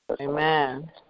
Amen